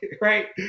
right